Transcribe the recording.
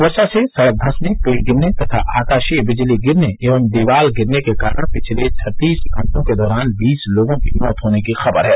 वर्षा से सड़क धॅसने पेड़ गिरने तथा आकाशीय बिजली गिरने एवं दीवाल गिरने के कारण पिछले छत्तीस घंटों के दौरान बीस लोगों के मौत होने की खबर है